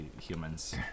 humans